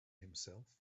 himself